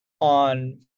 on